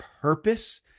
purpose